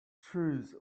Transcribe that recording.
choose